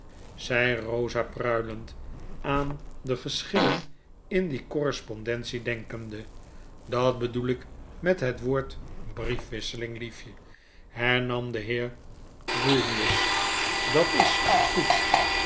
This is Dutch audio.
zei rosa pruilend aan de geschillen in die correspondence denkende dat bedoel ik met het woord briefwisseling liefje hernam de heer grewgious dat is goed